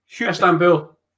Istanbul